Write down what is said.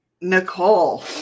Nicole